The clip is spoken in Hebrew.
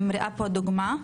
אני מראה פה דוגמה.